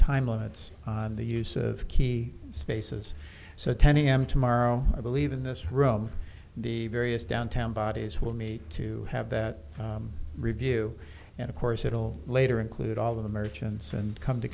time limits on the use of key spaces so ten a m tomorrow i believe in this room the various downtown bodies will meet to have that review and of course it will later include all of the merchants and come to